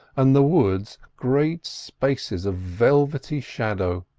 and the woods, great spaces of velvety shadow.